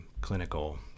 clinical